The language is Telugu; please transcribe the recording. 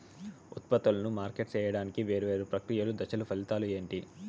ఉత్పత్తులను మార్కెట్ సేయడానికి వేరువేరు ప్రక్రియలు దశలు ఫలితాలు ఏంటి?